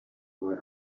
boy